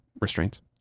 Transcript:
restraints